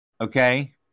Okay